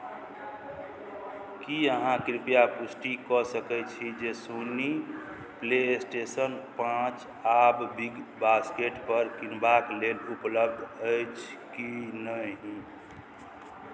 की अहाँ कृपया पुष्टि कऽ सकैत छी जे सोनी प्ले स्टेशन पाँच आब बिग बास्केटपर किनबाक लेल उपलब्ध अछि कि नहि